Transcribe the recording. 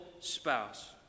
spouse